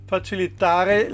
Facilitare